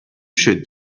should